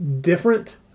different